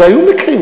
אז היו מקרים,